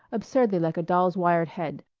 absurdly like a doll's wired head,